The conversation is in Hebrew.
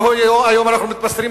והיום אנחנו מתבשרים,